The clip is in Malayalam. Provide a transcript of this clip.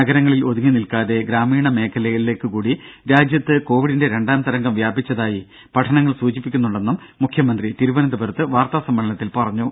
നഗരങ്ങളിൽ ഒതുങ്ങി നിൽക്കാതെ ഗ്രാമീണ മേഖലകളിലേക്ക് കൂടി രാജ്യത്ത് കോവിഡിന്റെ രണ്ടാം തരംഗം വ്യാപിച്ചതായി പഠനങ്ങൾ സൂചിപ്പിക്കുന്നുണ്ടെന്ന് മുഖ്യമന്ത്രി തിരുവനന്തപുരത്ത് വാർത്താ സമ്മേളനത്തിൽ അറിയിച്ചു